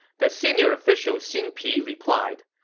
the senior official xin pi replied,